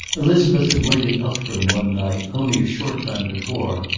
elizabeth had waited up for him one night, only a short time before,